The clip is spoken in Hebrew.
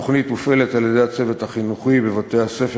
התוכנית מופעלת על-ידי הצוות החינוכי בבתי-הספר